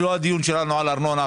הדיון שלנו עכשיו הוא לא על ארנונה.